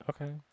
okay